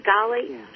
golly